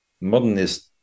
modernist